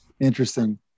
Interesting